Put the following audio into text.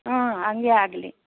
ಹ್ಞೂ ಹಾಗೆ ಆಗಲಿ